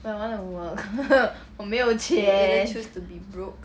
then don't choose to be broke